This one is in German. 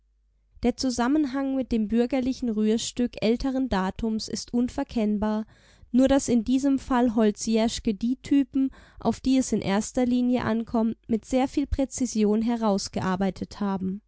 der zusammenhang mit dem bürgerlichen rührstück älteren datums ist unverkennbar nur daß in diesem fall holz-jerschke die typen auf die es in erster linie ankommt mit sehr viel präzision herausgearbeitet haben